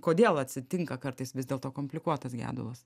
kodėl atsitinka kartais vis dėlto komplikuotas gedulas